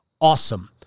awesome